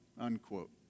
unquote